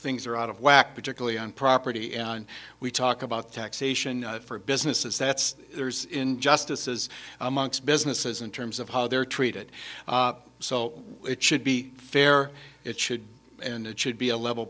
things are out of whack particularly on property and we talk about taxation for businesses that's there's injustices amongst businesses in terms of how they're treated so it should be fair it should be and it should be a level